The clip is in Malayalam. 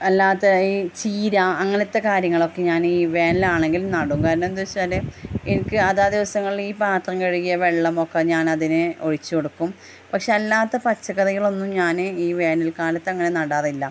അല്ലാത്ത ഈ ചീര അങ്ങനത്തെ കാര്യങ്ങളൊക്കെ ഞാൻ ഈ വേനലാണെങ്കിൽ നടും കാരണം എന്താച്ചാല് എനിക്ക് അതാത് ദിവസങ്ങളിൽ ഈ പാത്രം കഴുകിയ വെള്ളമൊക്കെ ഞാൻ അതിന് ഒഴിച്ച് കൊടുക്കും പക്ഷെ അല്ലാത്ത പച്ചക്കറികൾ ഒന്നും ഞാന് ഈ വേനൽ കാലത്തങ്ങനെ നടാറില്ല